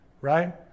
right